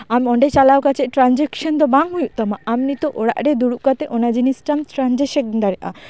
ᱟᱢ ᱚᱸᱰᱮ ᱪᱟᱞᱟᱣ ᱠᱟᱛᱮᱫ ᱴᱨᱟᱱᱡᱮᱠᱥᱮᱱ ᱫᱚ ᱵᱟᱝ ᱦᱩᱭᱩᱜ ᱛᱟᱢᱟ ᱟᱢ ᱱᱤᱛᱚᱜ ᱚᱲᱟᱜ ᱨᱮ ᱫᱩᱲᱩᱵ ᱠᱟᱛᱮᱫ ᱚᱱᱟ ᱡᱤᱱᱤᱥᱴᱟᱢ ᱴᱨᱟᱱᱡᱮᱠᱥᱮᱱ ᱫᱟᱲᱮᱜᱼᱟ